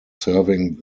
serving